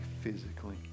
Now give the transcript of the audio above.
physically